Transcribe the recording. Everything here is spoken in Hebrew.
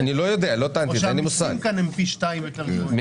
אני יודעת להגיד שבמדינות אחרות זה